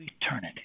eternity